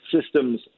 systems